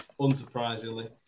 unsurprisingly